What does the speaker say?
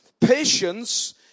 Patience